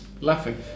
laughing